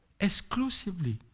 Exclusively